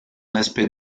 aspect